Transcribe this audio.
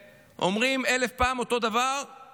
כשאומרים אלף פעם אותו דבר,